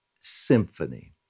symphony